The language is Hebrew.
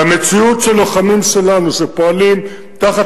והמציאות של לוחמים שלנו שפועלים תחת